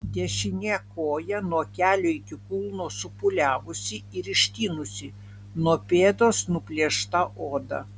dešinė koja nuo kelio iki kulno supūliavusi ir ištinusi nuo pėdos nuplėšta oda